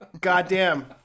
Goddamn